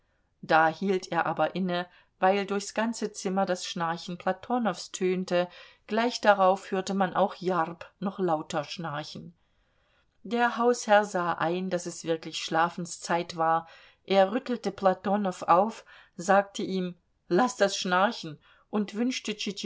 da hielt er aber inne weil durchs ganze zimmer das schnarchen platonows tönte gleich darauf hörte man auch jarb noch lauter schnarchen der hausherr sah ein daß es wirklich schlafenszeit war er rüttelte platonow auf sagte ihm laß das schnarchen und wünschte